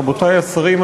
רבותי השרים,